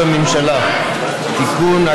מה